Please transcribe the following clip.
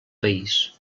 país